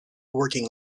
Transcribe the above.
working